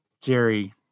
Jerry